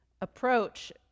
approach